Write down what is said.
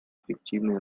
эффективной